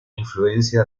influencia